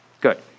Good